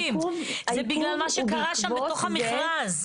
זה בגלל מה שקרה שם בתוך המכרז.